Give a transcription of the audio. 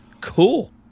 cool